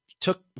took